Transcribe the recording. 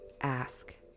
Ask